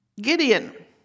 Gideon